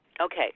Okay